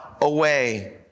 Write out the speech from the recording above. away